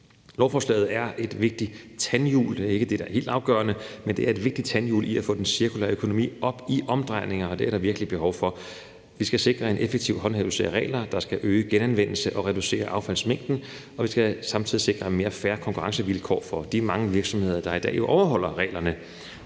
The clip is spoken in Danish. men det er et vigtigt tandhjul i at få den cirkulære økonomi op i omdrejninger, og det er der virkelig behov for. Vi skal sikre en effektiv håndhævelse af regler, der skal øge genanvendelsen og reducere affaldsmængden, og vi skal samtidig sikre mere fair konkurrencevilkår for de mange virksomheder, der i dag overholder reglerne.